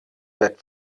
bett